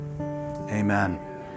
amen